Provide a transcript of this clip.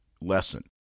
lesson